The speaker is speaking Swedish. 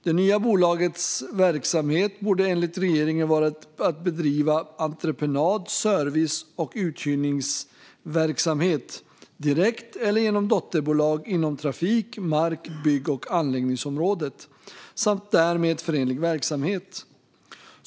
Det nya bolagets verksamhet borde enligt regeringen vara att bedriva entreprenad, service och uthyrningsverksamhet - direkt eller genom dotterbolag - inom trafik, mark, bygg och anläggningsområdet samt därmed förenlig verksamhet.